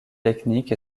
technique